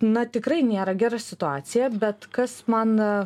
na tikrai nėra gera situacija bet kas man